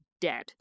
dead